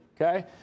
Okay